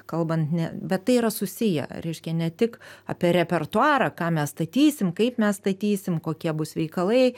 kalbant ne bet tai yra susiję reiškia ne tik apie repertuarą ką mes statysim kaip mes statysim kokie bus veikalai